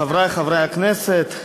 חברי חברי הכנסת,